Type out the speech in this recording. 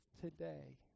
today